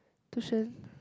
tuition